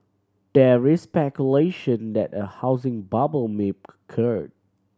there that a housing bubble may occur